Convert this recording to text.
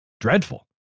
dreadful